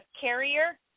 carrier